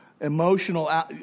emotional